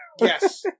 Yes